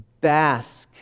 Bask